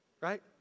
Right